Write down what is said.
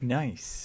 nice